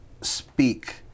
speak